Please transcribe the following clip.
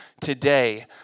today